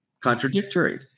contradictory